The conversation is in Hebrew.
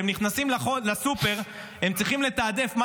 כשהם נכנסים לסופר הם צריכים לתעדף מה